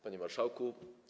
Panie Marszałku!